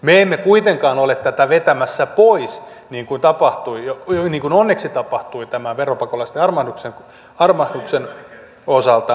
me emme kuitenkaan ole tätä vetämässä pois niin kuin onneksi tapahtui tämän veropakolaisten armahduksen osalta